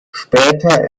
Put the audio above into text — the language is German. später